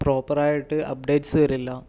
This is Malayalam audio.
പ്രോപ്പർ ആയിട്ട് അപ്ഡേറ്റ്സ് വരില്ല